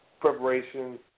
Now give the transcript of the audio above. preparation